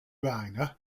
reiner